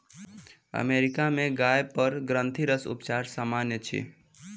America में गाय पर ग्रंथिरस उपचार सामन्य अछि